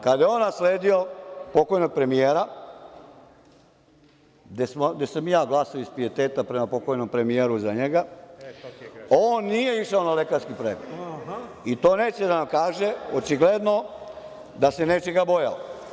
Kada je on nasledio pokojnog premijera, gde sam i ja glasao iz pijeteta prema pokojnom premijeru za njega, on nije išao na lekarski pregled, i to neće da nam kaže, očigledno je da se nečega bojao.